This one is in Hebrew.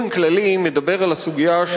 חבר הכנסת אורון מדבר באופן כללי על הסוגיה של